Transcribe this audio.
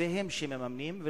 שבעצם הם שמממנים אותו,